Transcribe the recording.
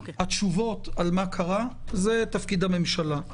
התשובות על מה קרה זה תפקיד הממשלה.